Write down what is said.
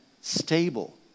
stable